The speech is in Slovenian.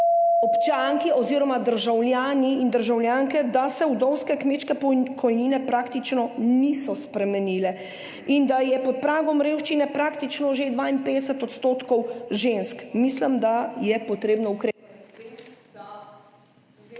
občanke oziroma državljani in državljanke, da se vdovske kmečke pokojnine praktično niso spremenile in da je pod pragom revščine praktično že 52 % žensk. Mislim, da je treba ukrepati